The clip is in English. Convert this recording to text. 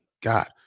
God